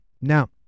Now